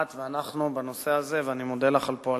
את ואנחנו בנושא הזה, ואני מודה לך על פועלך.